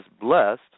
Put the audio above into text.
blessed